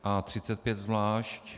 A35 zvlášť.